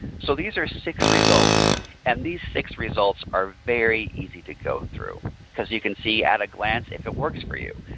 so these are six results and these six results are very easy to go through because you can see at a glance if it works for you.